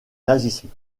nazisme